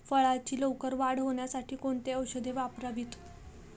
फळाची लवकर वाढ होण्यासाठी कोणती औषधे वापरावीत?